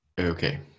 Okay